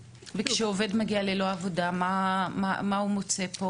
וכשעובד מגיע ללא עבודה, מה הוא מוצא פה?